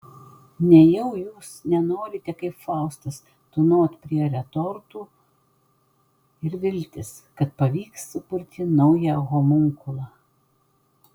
nejau jūs nenorite kaip faustas tūnot prie retortų ir viltis kad pavyks sukurti naują homunkulą